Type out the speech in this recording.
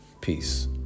Peace